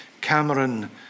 Cameron